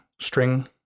string